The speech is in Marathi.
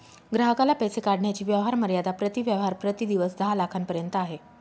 ग्राहकाला पैसे काढण्याची व्यवहार मर्यादा प्रति व्यवहार प्रति दिवस दहा लाखांपर्यंत आहे